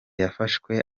yafashwe